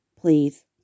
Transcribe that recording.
Please